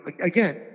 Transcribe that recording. again